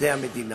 כעובדי המדינה.